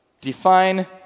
define